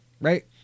right